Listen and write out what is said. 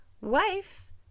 Wife